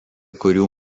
kurių